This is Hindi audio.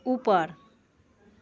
ऊपर